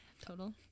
total